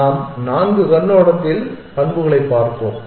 நாம் நான்கு கண்ணோட்டத்தில் பண்புகளைப் பார்த்தோம்